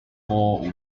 four